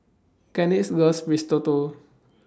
Genesis loves Risotto